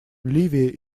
ливия